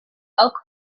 elk